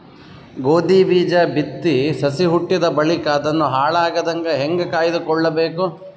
ಗೋಧಿ ಬೀಜ ಬಿತ್ತಿ ಸಸಿ ಹುಟ್ಟಿದ ಬಳಿಕ ಅದನ್ನು ಹಾಳಾಗದಂಗ ಹೇಂಗ ಕಾಯ್ದುಕೊಳಬೇಕು?